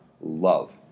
love